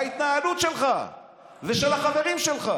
בהתנהלות שלך ושל החברים שלך,